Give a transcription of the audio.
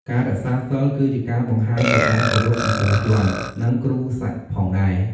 ការរក្សាសីលគឺជាការបង្ហាញនូវការគោរពចំពោះយ័ន្ត និងគ្រូសាក់ផងដែរ។